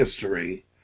history